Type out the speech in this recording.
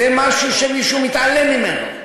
זה משהו שמישהו מתעלם ממנו.